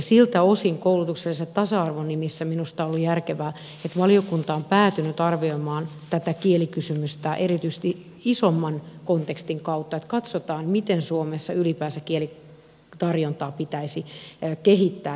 siltä osin koulutuksellisen tasa arvon nimissä minusta oli järkevää että valiokunta on päätynyt arvioimaan tätä kielikysymystä erityisesti isomman kontekstin kautta että katsotaan miten suomessa ylipäänsä kielitarjontaa pitäisi kehittää